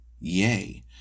Yea